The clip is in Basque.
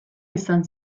izan